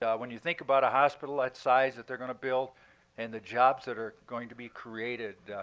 yeah when you think about a hospital that size that they're going to build and the jobs that are going to be created,